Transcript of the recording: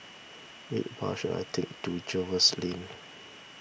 which bus should I take to Jervois Lane